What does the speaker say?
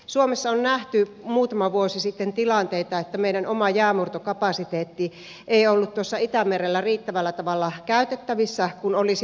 suomessa on nähty muutama vuosi sitten tilanteita että meidän oma jäänmurtokapasiteettimme ei ollut itämerellä riittävällä tavalla käytettävissä kun olisi ollut tarvetta